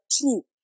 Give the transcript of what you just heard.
true